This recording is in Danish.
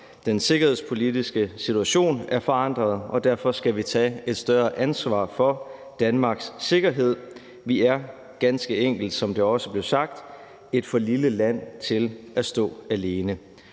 Den sikkerhedspolitiske situation er forandret, og derfor skal vi tage et større ansvar for Danmarks sikkerhed. Vi er ganske enkelt, som det også blev sagt, et for lille land til at stå alene.